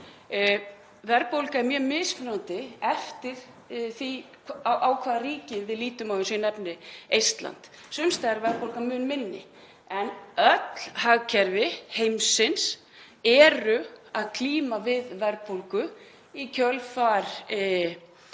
Verðbólga er mjög mismunandi eftir því hvaða ríki við lítum á. Ég nefni Eistland. Sums staðar er verðbólgan mun minni en öll hagkerfi heimsins eru að glíma við verðbólgu í kjölfar